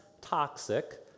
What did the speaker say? toxic